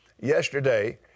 yesterday